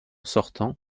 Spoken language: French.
sortant